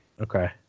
okay